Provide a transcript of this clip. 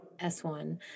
S1